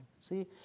See